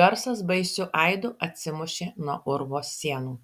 garsas baisiu aidu atsimušė nuo urvo sienų